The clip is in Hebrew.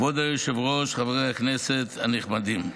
כבוד היושב-ראש, חברי הכנסת הנכבדים,